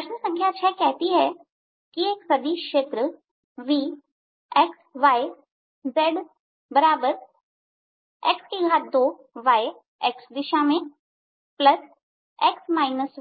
प्रश्न संख्या 6 कहती है कि एक सदिश क्षेत्र Vxyz x2yx दिशा मेंx